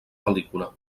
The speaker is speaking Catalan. pel·lícula